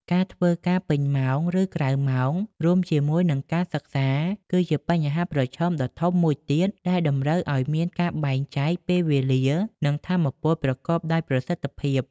ការធ្វើការពេញម៉ោង ឬក្រៅម៉ោង រួមជាមួយនឹងការសិក្សា គឺជាបញ្ហាប្រឈមដ៏ធំមួយទៀត ដែលតម្រូវឱ្យមានការបែងចែកពេលវេលា និងថាមពលប្រកបដោយប្រសិទ្ធភាព។